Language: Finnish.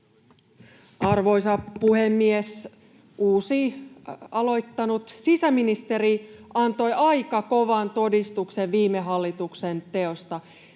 Arvoisa puhemies! Uusi aloittanut sisäministeri antoi aika kovan todistuksen viime hallituksen teoista.